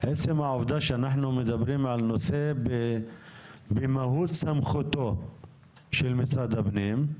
עצם העובדה שאנחנו מדברים על נושא במהות סמכותו של משרד הפנים,